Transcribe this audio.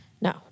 No